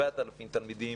7,000 תלמידים